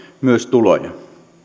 myös tuloja